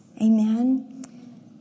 Amen